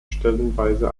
stellenweise